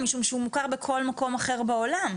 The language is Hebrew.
משום שהוא מוכר בכל מקום אחר בעולם.